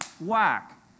Whack